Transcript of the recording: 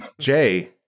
Jay